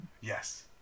Yes